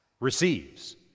receives